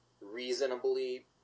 reasonably